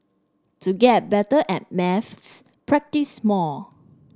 to get better at maths practise more